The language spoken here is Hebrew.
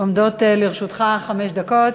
עומדות לרשותך חמש דקות.